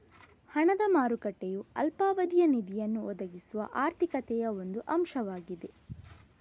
ಹಣದ ಮಾರುಕಟ್ಟೆಯು ಅಲ್ಪಾವಧಿಯ ನಿಧಿಯನ್ನು ಒದಗಿಸುವ ಆರ್ಥಿಕತೆಯ ಒಂದು ಅಂಶವಾಗಿದೆ